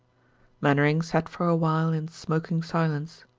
mainwaring sat for a while in smoking silence.